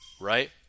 right